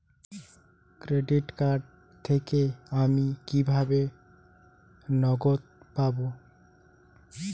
Credit card থেকে আমি কিভাবে নগদ পাব?